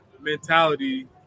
mentality